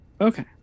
Okay